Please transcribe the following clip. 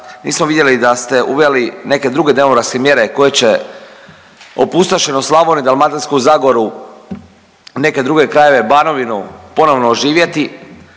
nismo vidjeli da ste uveli neke druge demografske mjere koje će opustošenost Slavonije, Dalmatinsku zagoru, neke druge krajeve, Banovinu ponovo oživjeti,